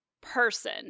person